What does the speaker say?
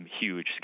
huge